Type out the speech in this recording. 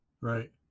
Right